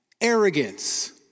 Arrogance